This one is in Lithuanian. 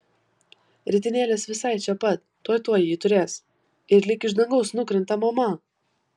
ritinėlis jau visai čia pat tuoj tuoj jį turės ir lyg iš dangaus nukrinta mama